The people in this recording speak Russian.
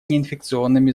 неинфекционными